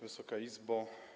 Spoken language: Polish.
Wysoka Izbo!